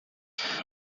isso